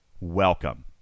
welcome